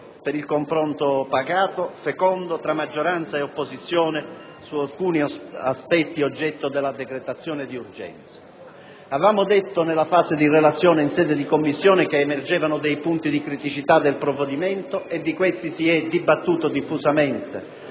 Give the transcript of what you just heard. per il confronto pacato e fecondo tra maggioranza e opposizione su alcuni aspetti oggetto della decretazione d'urgenza. Avevamo sottolineato in Commissione, nel corso della relazione, che emergevano punti di criticità del provvedimento e di questi si è dibattuto diffusamente